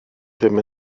ddim